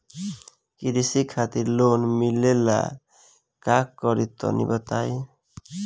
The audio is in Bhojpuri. कृषि खातिर लोन मिले ला का करि तनि बताई?